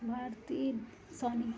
Bharti Soni